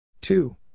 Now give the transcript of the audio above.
Two